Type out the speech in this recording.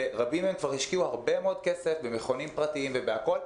ורבים מהם כבר השקיעו הרבה מאוד כסף במכונים פרטיים ובהכול,